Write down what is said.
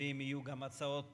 ואם יהיו גם הצעות